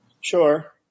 Sure